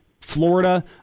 florida